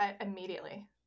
immediately